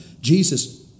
Jesus